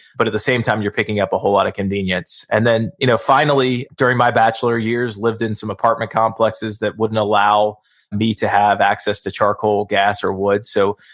but at the same time, you're picking up a whole lot of convenience. and then you know finally during my bachelor years lived in some apartment complexes that wouldn't allow me to have access to charcoal gas or wood. so,